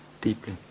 deeply